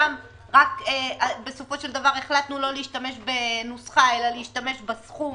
שם בסופו של דבר החלטנו לא להשתמש בנוסחה אלא להשתמש בסכום